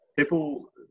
People